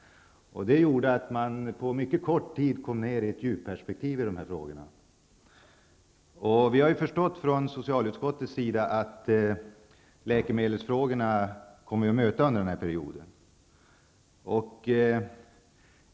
Det gjorde att man på kort tid fick ett djupperspektiv på de här frågorna. Vi har från socialutskottets sida förstått att vi kommer att möta läkemedelsfrågorna under denna period.